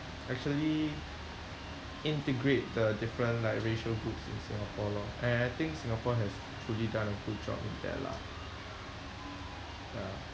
actually integrate the different like racial groups in Singapore lor and I think Singapore has truly done a good job with that lah ya